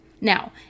Now